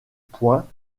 points